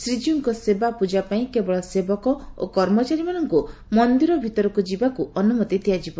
ଶ୍ରୀଜୀଉଙ୍କ ସେବା ପୂଜା ପାଇଁ କେବଳ ସେବକ ଓ କର୍ମଚାରୀମାନଙ୍କୁ ମନିର ଭିତରକୁ ଯିବା ପାଇଁ ଅନୁମତି ଦିଆଯିବ